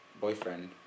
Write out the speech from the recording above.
boyfriend